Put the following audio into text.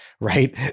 right